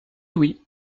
oui